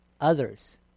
others